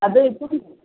അത് ഇപ്പം